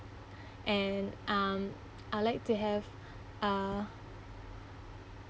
and um I'd like to have uh